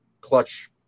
clutch